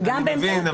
נבין,